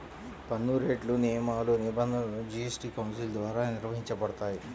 పన్నురేట్లు, నియమాలు, నిబంధనలు జీఎస్టీ కౌన్సిల్ ద్వారా నిర్వహించబడతాయి